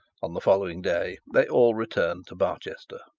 on the following day they all returned to barchester.